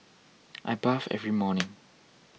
I bathe every morning